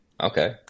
okay